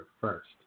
first